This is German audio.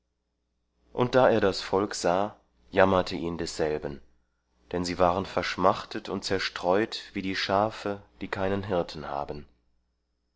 und da er das volk sah jammerte ihn desselben denn sie waren verschmachtet und zerstreut wie die schafe die keinen hirten haben